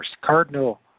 Cardinal